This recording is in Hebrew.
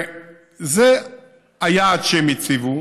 זה היעד שהם הציבו.